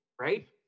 right